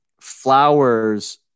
flowers